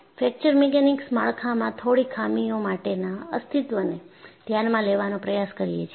fracture mechanics માળખામાં થોડીક ખામીઓ માટેના અસ્તિત્વને ધ્યાનમાં લેવાનો પ્રયાસ કરીએ છીએ